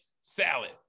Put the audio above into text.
salad